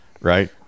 right